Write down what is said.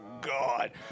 God